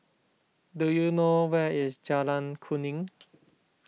do you know where is Jalan Kuning